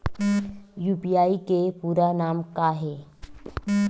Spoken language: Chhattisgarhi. यू.पी.आई के पूरा नाम का ये?